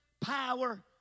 power